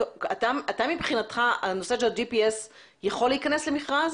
מבחינתך נושא ה-GPS יכול להכנס למכרז?